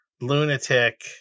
lunatic